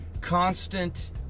constant